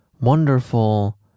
wonderful